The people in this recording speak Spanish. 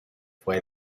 fue